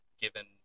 given